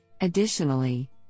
Additionally